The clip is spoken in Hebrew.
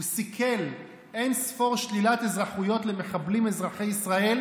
הוא סיכל אין-ספור שלילת אזרחויות למחבלים אזרחי ישראל,